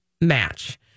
match